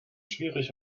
schwierig